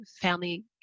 family